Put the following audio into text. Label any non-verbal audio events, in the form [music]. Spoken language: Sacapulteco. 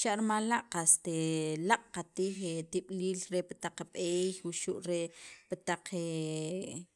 xa' rimal la' qast [hesitation] laaq' qatij tib'iliil re pi taq b'eey wuxu' re pi taq [hesitation]